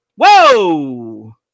Whoa